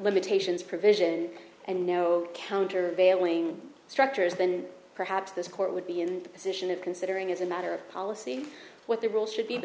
limitations provision and no countervailing structures then perhaps this court would be in the position of considering as a matter of policy what their role should be but